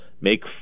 make